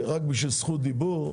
רק בשביל זכות דיבור,